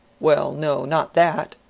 well, no, not that.